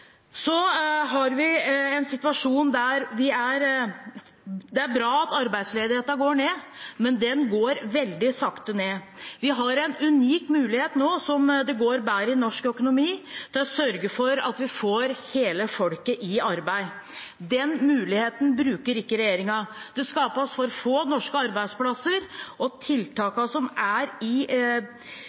Det er bra at arbeidsledigheten går ned, men den går veldig sakte ned. Vi har nå en unik mulighet – nå som det går bedre i norsk økonomi – til å sørge for at vi får hele folket i arbeid. Den muligheten bruker ikke regjeringen. Det skapes for få norske arbeidsplasser. Tiltakene i statsbudsjettet synes ikke å stå i stil med den arbeidsledigheten som faktisk er,